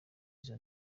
izo